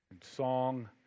song